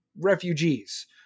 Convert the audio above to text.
Refugees